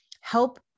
help